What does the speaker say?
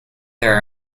there